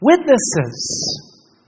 Witnesses